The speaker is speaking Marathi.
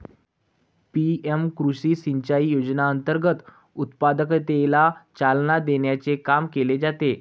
पी.एम कृषी सिंचाई योजनेअंतर्गत उत्पादकतेला चालना देण्याचे काम केले जाते